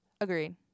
Agreed